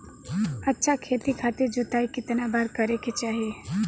अच्छा खेती खातिर जोताई कितना बार करे के चाही?